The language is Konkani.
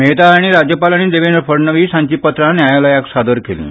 मेहता हांणी राज्यपाल आनी देवेंद्र फड़णवीस हांची पत्रां न्यायालयाक सादर केलीं